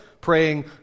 praying